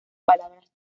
palabras